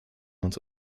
uns